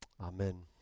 Amen